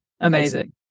Amazing